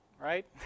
right